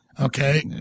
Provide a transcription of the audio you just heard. Okay